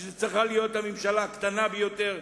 שזאת צריכה להיות הממשלה הקטנה ביותר,